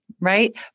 right